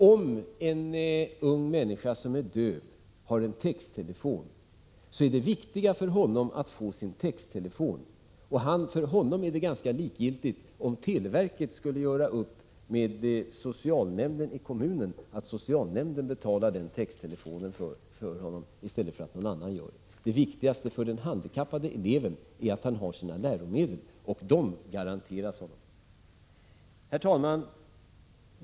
Om en ung människa som är döv har en texttelefon, är det viktiga för honom att få ha sin texttelefon. För honom är det ganska likgiltigt om televerket skulle göra upp med socialnämnden i kommunen att socialnämnden skall betala denna texttelefon åt honom i stället för att någon annan gör det. Det viktigaste för den handikappade eleven är att han har sina läromedel, och dessa garanteras honom. Herr talman!